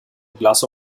glass